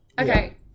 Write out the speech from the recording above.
okay